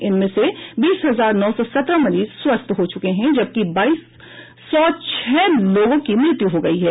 इनमें से बीस हजार नौ सौ सत्रह मरीज स्वस्थ हो चके हैं जबकि बाईस सौ छह लोगों की मृत्यु हुई है